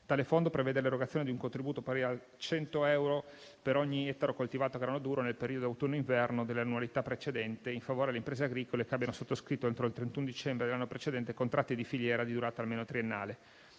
Tale fondo prevede l'erogazione di un contributo pari a 100 euro per ogni ettaro coltivato a grano duro nel periodo autunno-inverno dell'annualità precedente in favore di imprese agricole che abbiano sottoscritto, entro il 31 dicembre dell'anno precedente, contratti di filiera di durata almeno triennale.